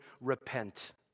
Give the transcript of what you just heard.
repent